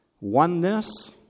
oneness